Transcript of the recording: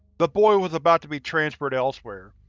the boy was about to be transferred elsewhere,